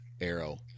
arrow